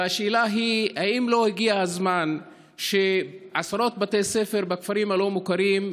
והשאלה היא: האם לא הגיע הזמן שעשרות בתי ספר בכפרים הלא-מוכרים,